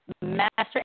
Master